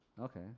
Okay